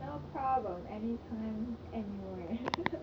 another problem anytime anywhere